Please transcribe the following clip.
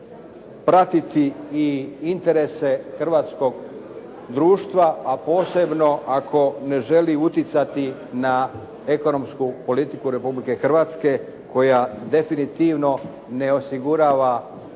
pratiti i interese hrvatskog društva a posebno ako ne želi utjecati na ekonomsku politiku Republike Hrvatske koja definitivno ne osigurava